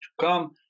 come